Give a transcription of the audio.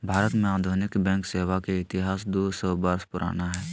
भारत में आधुनिक बैंक सेवा के इतिहास दू सौ वर्ष पुराना हइ